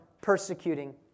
persecuting